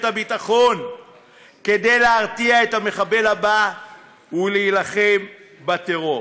הביטחון כדי להרתיע את המחבל הבא ולהילחם בטרור.